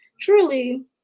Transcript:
truly